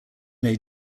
made